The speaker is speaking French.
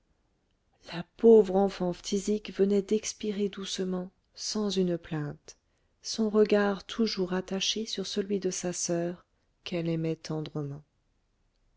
la pauvre enfant phtisique venait d'expirer doucement sans une plainte son regard toujours attaché sur celui de sa soeur qu'elle aimait tendrement